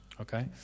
Okay